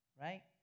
Right